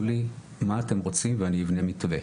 לי מה אתם רוצים ואני אבנה מתווה,